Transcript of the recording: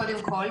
קודם כל,